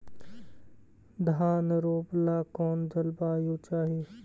धान रोप ला कौन जलवायु चाही?